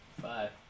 Five